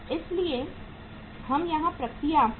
इसलिए हम यहां प्रक्रिया में काम करेंगे